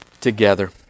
together